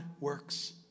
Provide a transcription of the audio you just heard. works